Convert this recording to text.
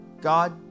God